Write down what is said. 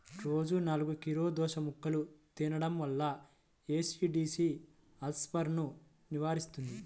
రోజూ నాలుగు కీరదోసముక్కలు తినడం వల్ల ఎసిడిటీ, అల్సర్సను నివారిస్తుంది